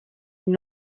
une